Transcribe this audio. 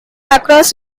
across